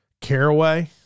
Caraway